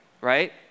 right